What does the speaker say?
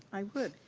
i would.